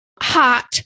Hot